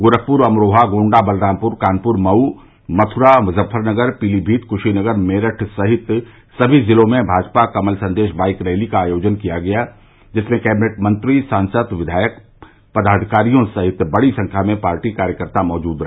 गोरखपुर अमरोहा गोण्डा बलरामपुर कानपुर मऊ मथुरा मुजफ्फरनगर पीलीमीत कुशीनगर मेरठ सहित सभी जिलों में भाजपा कमल संदेश बाईक रैली का आयोजन किया गया जिसमें कैबिनेट मंत्री सांसद विधायक पदाधिकारियों सहित बड़ी संख्या में पार्टी कार्यकर्ता मौजूद रहे